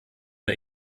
der